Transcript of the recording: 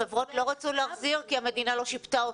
החברות לא רצו להחזיר כי המדינה לא שיפתה אותן.